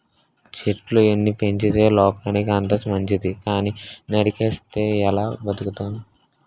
చెట్లు ఎన్ని పెంచితే లోకానికి అంత మంచితి కానీ నరికిస్తే ఎలా బతుకుతాం?